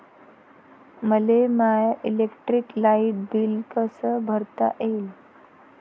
मले my electric light bill कस भरता येईल?